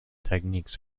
techniques